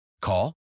Call